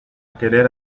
querer